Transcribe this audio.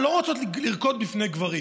לא רוצות לרקוד בפני גברים.